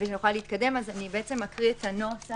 אקרא את הנוסח